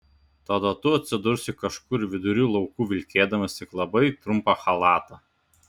tada tu atsidursi kažkur vidury laukų vilkėdamas tik labai trumpą chalatą